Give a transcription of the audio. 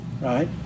Right